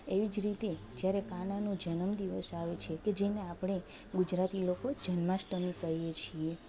એવી જ રીતે જ્યારે કાનાનો જનમ દિવસ આવે છે કે જેને આપણે ગુજરાતી લોકો જન્માષ્ટમી કહીએ છીએ